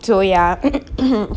so ya